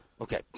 Okay